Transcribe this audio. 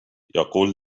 يقول